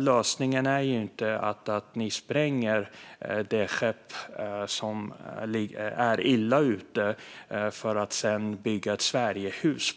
Lösningen är inte att ni spränger det skepp som är illa ute för att sedan bygga ett Sverigehus,